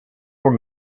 were